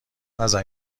نزن